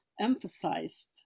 emphasized